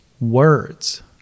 words